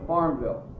Farmville